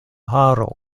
haro